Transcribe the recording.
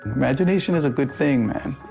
imagination is a good thing, man,